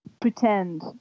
pretend